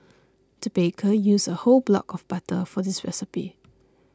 the baker used a whole block of butter for this recipe